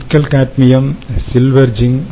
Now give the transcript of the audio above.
nickel cadmium silver zinc